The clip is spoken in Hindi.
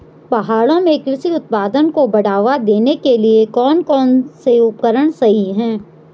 पहाड़ों में कृषि उत्पादन को बढ़ावा देने के लिए कौन कौन से उपकरण सही हैं?